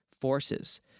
forces